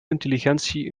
intelligentie